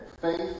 Faith